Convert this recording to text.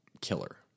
killer